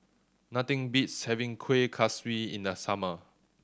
nothing beats having Kueh Kaswi in the summer